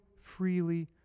freely